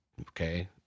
okay